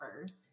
first